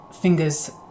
fingers